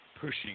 pushing